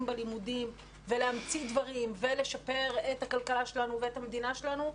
בלימודים ולהמציא דברים ולשפר את הכלכלה שלנו ואת המדינה שלנו,